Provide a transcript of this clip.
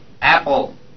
apple